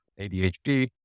ADHD